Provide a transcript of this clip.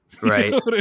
right